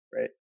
Right